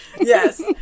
Yes